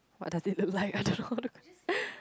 what does it look like I don't know